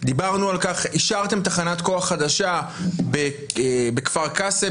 דיברנו על כך השארתם תחנת כוח חדשה בכפר קאסם,